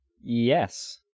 Yes